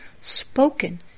spoken